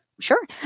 Sure